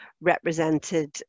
represented